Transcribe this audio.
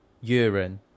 Urine